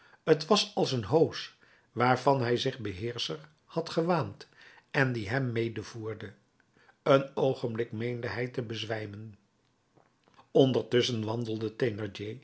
t was als een hoos waarvan hij zich beheerscher had gewaand en die hem medevoerde een oogenblik meende hij te bezwijmen ondertusschen wandelde